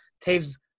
Taves